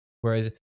Whereas